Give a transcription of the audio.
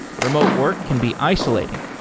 remote work can be isolating.